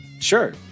sure